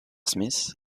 smith